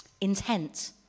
intent